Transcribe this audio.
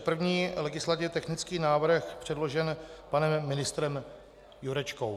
První legislativně technický návrh předložen panem ministrem Jurečkou.